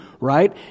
right